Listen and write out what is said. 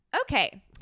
Okay